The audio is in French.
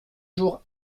jour